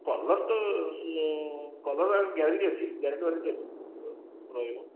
colour ତ କଲରର guarantee ଅଛି ଗ୍ୟାରେଣ୍ଟି ୱାରେଣ୍ଟି ଅଛି ରହିବ